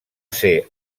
ser